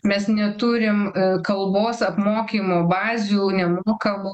mes neturim kalbos apmokymo bazių nemokamų